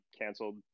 canceled